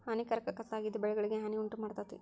ಹಾನಿಕಾರಕ ಕಸಾ ಆಗಿದ್ದು ಬೆಳೆಗಳಿಗೆ ಹಾನಿ ಉಂಟಮಾಡ್ತತಿ